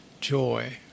joy